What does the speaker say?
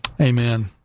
Amen